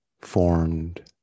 formed